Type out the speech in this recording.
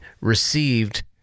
received